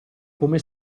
come